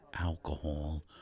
alcohol